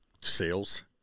Sales